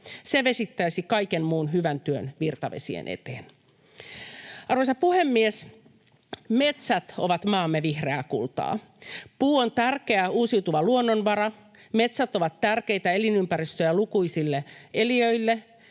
Se vesittäisi kaiken muun hyvän työn virtavesien eteen. Arvoisa puhemies! Metsät ovat maamme vihreää kultaa. Puu on tärkeä uusiutuva luonnonvara. Metsät ovat tärkeitä elinympäristöjä lukuisille eliöille,